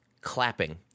clapping